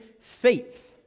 faith